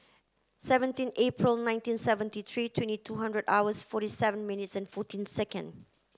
seventeen April nineteen seventy three twenty two hundred hours forty seven minutes and fourteen second